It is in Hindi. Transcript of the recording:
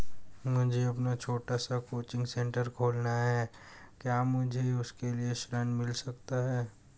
मुझे अपना छोटा सा कोचिंग सेंटर खोलना है क्या मुझे उसके लिए ऋण मिल सकता है?